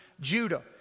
Judah